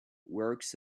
works